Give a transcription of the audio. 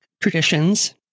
traditions